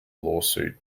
lawsuit